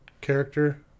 character